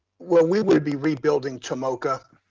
well, we will be rebuilding tomoka,